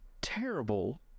terrible